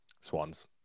Swans